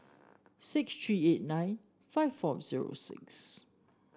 six three eight nine five four zero six